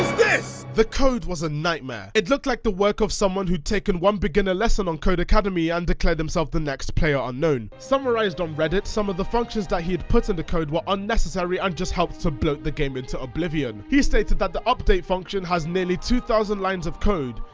the code was a nightmare. it looked like the work of someone who had taken one beginner lesson on codecademy and declared himself the next playerunknown. summarised on reddit, some of the functions that he had put in the code were unnecessary and just helped to bloat the game into oblivion. he stated that the update function has nearly two thousand lines of code.